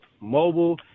mobile